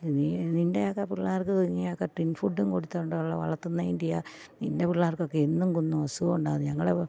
നീ നിൻ്റെയൊക്കെ പിള്ളേർക്ക് നീയൊക്കെ ടിൻ ഫുഡും കൊടുത്തുകൊണ്ടുള്ള വളർത്തുന്നതിൻ്റെയാ നിൻ്റെ പിള്ളേർക്കൊക്കെ എന്നും കുന്നും അസുഖം ഉണ്ടാകുന്നത് ഞങ്ങൾ